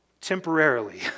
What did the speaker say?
temporarily